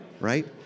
right